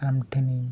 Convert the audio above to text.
ᱟᱢ ᱴᱷᱮᱱᱤᱧ